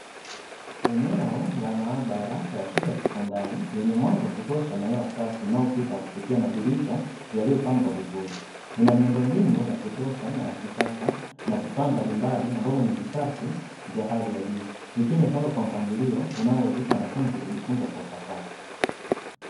Eneo la maabara la shule ya sekondari lenye mwanga wa kutosha na hewa safi inayopita kupitia madirisha yaliyopangwa vizuri. Ina miundo mbinu ya kutosha ya kisasa na vifaa mbalimbali ambavyo ni visafi vya Hali ya juu. Ikiwa imepangwa kwa mpangilio unaowezesha wanafunzi kujifunza kwa ufasaha.